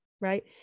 right